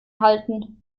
halten